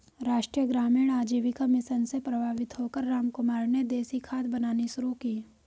राष्ट्रीय ग्रामीण आजीविका मिशन से प्रभावित होकर रामकुमार ने देसी खाद बनानी शुरू की